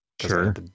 Sure